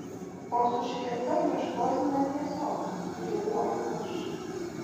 o su šviesa ieškosime tiesos rimuoju aš